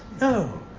No